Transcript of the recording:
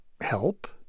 help